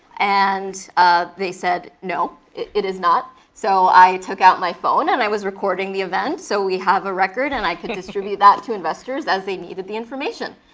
and ah they said, no, it is not. so i took out my phone and i was recording the event, so we have a record and i can distribute that to investors, as they needed the information.